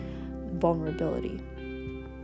vulnerability